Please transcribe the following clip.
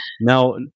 now